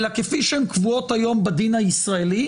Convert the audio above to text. אלא כפי שהם קבועות היום בדין הישראלי,